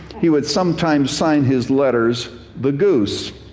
he would sometimes sign his letters, the goose.